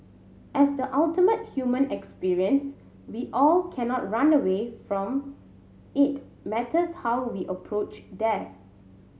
as the ultimate human experience we all cannot run away from it matters how we approach death